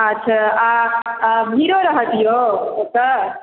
अच्छा आ भीड़ो रहत यौ ओतऽ